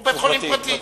הוא בית-חולים פרטי.